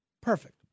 Perfect